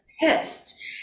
pissed